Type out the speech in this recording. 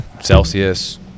celsius